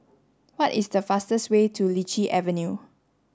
what is the fastest way to Lichi Avenue